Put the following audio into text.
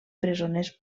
presoners